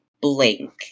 blink